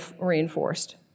reinforced